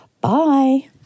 Bye